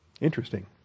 Interesting